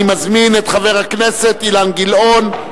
אני מזמין את חבר הכנסת אילן גילאון,